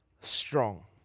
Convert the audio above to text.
strong